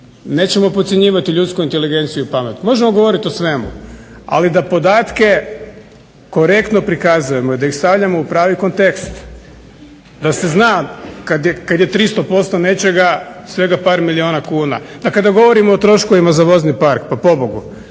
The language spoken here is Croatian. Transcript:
nećemo podcjenjivati ljudsku inteligenciju i pamet. Možemo govoriti o svemu, ali da podatke korektno prikazujemo i da ih stavljamo u pravi kontekst, da se zna kad je 300% nečega svega par milijuna kuna. Da kada govorimo o troškovima za vozni park. Pa pobogu!